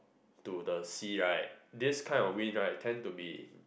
to the sea right this kind of wind right tend to be